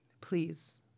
Please